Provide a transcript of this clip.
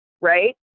Right